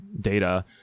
data